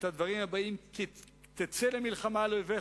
את הדברים הבאים: "כי תצא מחנה על איביך",